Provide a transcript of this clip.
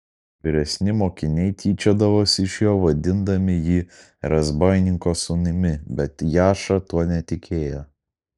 vyresni mokiniai tyčiodavosi iš jo vadindami jį razbaininko sūnumi bet jaša tuo netikėjo